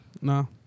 No